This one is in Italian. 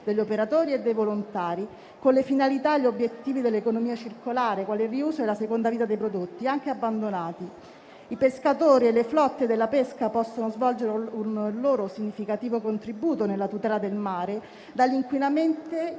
degli operatori e dei volontari, con le finalità e gli obiettivi dell'economia circolare, quali il riuso e la seconda vita dei prodotti, anche abbandonati. I pescatori e le flotte della pesca possono dare un loro significativo contributo nella tutela del mare dall'inquinamento